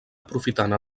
aprofitant